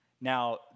Now